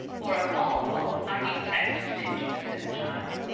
for of all faults i detest stinginess in a child.